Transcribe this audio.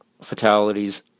fatalities